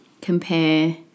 compare